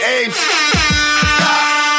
apes